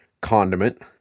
condiment